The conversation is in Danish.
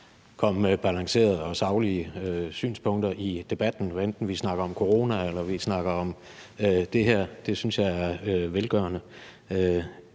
komme med balancerede og saglige synspunkter i debatten, hvad enten vi snakker om corona, eller vi snakker om det her. Det synes jeg er velgørende.